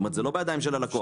זה לא בידיים של הלקוח.